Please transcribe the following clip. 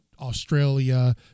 Australia